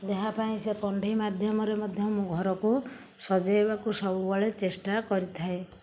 ଯାହା ପାଇଁ ସେ କଣ୍ଢେଇ ମାଧ୍ୟମରେ ମଧ୍ୟ ମୁଁ ଘରକୁ ସଜାଇବାକୁ ସବୁବେଳେ ଚେଷ୍ଟା କରିଥାଏ